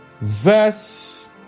verse